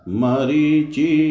Marichi